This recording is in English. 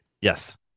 yes